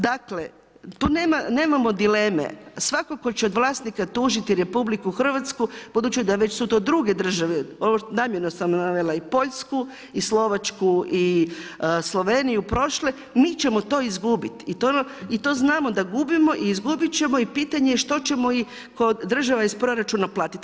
Dakle tu nemamo dileme, svako tko će od vlasnika tužiti RH budući da su to već druge države namjerno sam navela i Poljsku i Slovačku i Sloveniju prošle, mi ćemo to izgubiti i to znamo da gubimo i izgubit ćemo i pitanje je što ćemo kao država iz proračuna platiti.